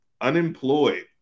unemployed